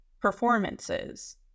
performances